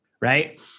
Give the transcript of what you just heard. right